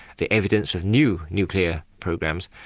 the evidence of new nuclear programs,